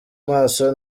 maso